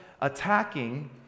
attacking